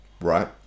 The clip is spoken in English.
right